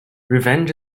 revenge